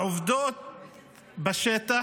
העובדות בשטח,